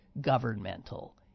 governmental